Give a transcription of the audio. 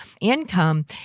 income